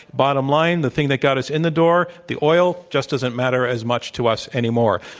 bottom line, the thing that got us in the door the oil just doesn't matter as much to us anymore.